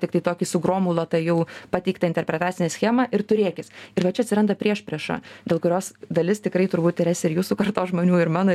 tiktai tokį sugromuluotą jau pateiktą interpretacinę schemą ir turėkis ir va čia atsiranda priešprieša dėl kurios dalis tikrai turbūt terese ir jūsų kartos žmonių ir mano